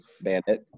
bandit